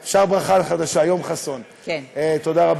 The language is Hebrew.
יואל,